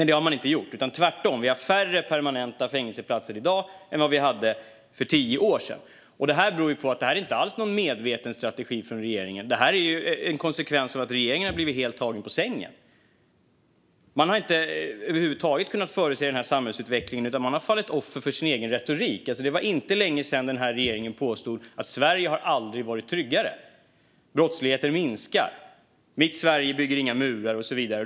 Det har man inte gjort, tvärtom - vi har färre permanenta fängelseplatser i dag än vi hade för tio år sedan. Detta beror på att det inte alls handlar om någon medveten strategi från regeringen. I stället är det en konsekvens av att regeringen har blivit helt tagen på sängen. Man har inte över huvud taget kunnat förutse den här samhällsutvecklingen utan har fallit offer för sin egen retorik. Det var inte länge sedan denna regering påstod att Sverige aldrig har varit tryggare. Brottsligheten minskar. Mitt Sverige bygger inga murar, och så vidare.